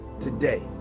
today